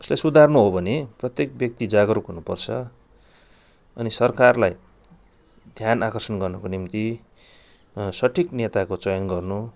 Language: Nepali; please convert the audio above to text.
यसलाई सुधार्नु हो भने प्रत्येक व्यक्ति जागरुक हुनु पर्छ अनि सरकारलाई ध्यान आकर्षण गर्नुको निम्ति सठिक नेताको चयन गर्नु